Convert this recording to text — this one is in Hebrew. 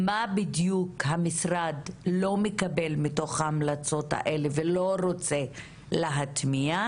מה בדיוק המשרד לא מקבל מתוך ההמלצות האלה ולא רוצה להטמיע?